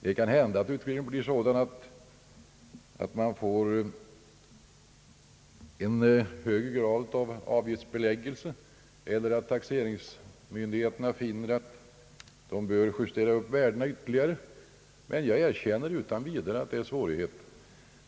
Det kan hända att utvecklingen blir sådan att man får en högre grad av avgiftsbeläggelse eller att taxeringsmyndigheterna finner att de bör justera upp värdena ytterligare. Jag erkänner emellertid utan vidare att det är svårigheter.